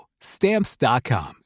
Stamps.com